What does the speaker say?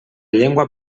llengua